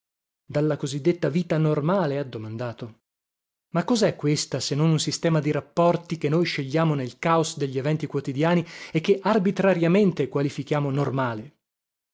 dalla cosiddetta vita normale ha domandato ma cosè questa se non un sistema di rapporti che noi scegliamo nel caos degli eventi quotidiani e che arbitrariamente qualifichiamo normale